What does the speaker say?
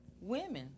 women